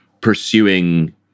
pursuing